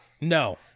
No